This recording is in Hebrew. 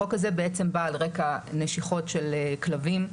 החוק בעצם בא על רקע נשיכות של כלבים,